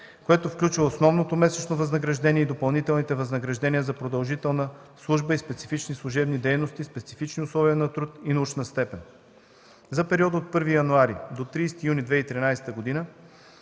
което включва основното месечно възнаграждение и допълнителните възнаграждения за продължителна служба и специфични служебни дейности, специфични условия на труд и научна степен. За периода от 1 януари до 30 юни 2013 г.